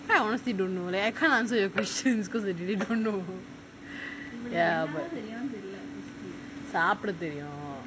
kind of honestly don't know like I can't answer your questions because I didn't even know ya but